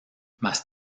más